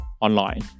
online